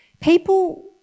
people